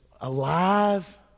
alive